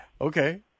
Okay